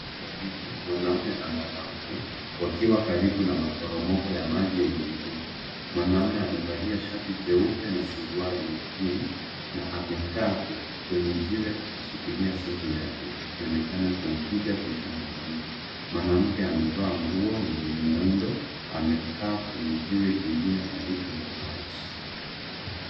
Watu wawili, mwanaume na mwanamke wakiwa karibu na maporomoko ya maji nguvu, mwanaume amevalia shati jeupe na suruali ya (cs)jeans (cs)na amekaa kwenye jiwe akishikilia simu yake akionekana kumpiga picha mwanamke. Mwanamke amevaa nguo yenye muundo, amekaa kwenye jiwe jingine karibu na maji.